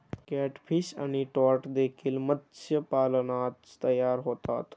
catfish आणि trout देखील मत्स्यपालनात तयार होतात